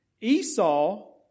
Esau